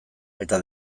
eta